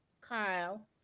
Kyle